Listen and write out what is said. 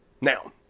Now